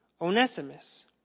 Onesimus